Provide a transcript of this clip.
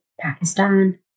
Pakistan